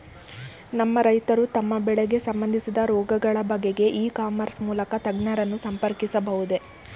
ನಮ್ಮ ರೈತರು ತಮ್ಮ ಬೆಳೆಗೆ ಸಂಬಂದಿಸಿದ ರೋಗಗಳ ಬಗೆಗೆ ಇ ಕಾಮರ್ಸ್ ಮೂಲಕ ತಜ್ಞರನ್ನು ಸಂಪರ್ಕಿಸಬಹುದೇ?